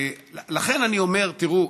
לכן אני אומר: תראו,